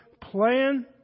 plan